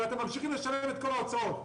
ואתם ממשיכים לשלם את כל ההוצאות.